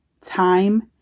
time